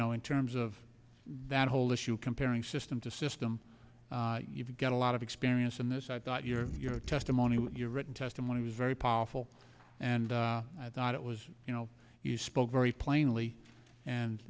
know in terms of that whole issue comparing system to system you've got a lot of experience in this i thought your testimony your written testimony was very powerful and i thought it was you know you spoke very plainly and